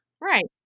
Right